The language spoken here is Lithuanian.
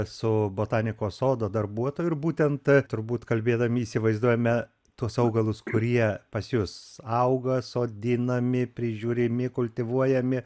su botanikos sodo darbuotoju ir būtent turbūt kalbėdami įsivaizduojame tuos augalus kurie pas jus auga sodinami prižiūrimi kultivuojami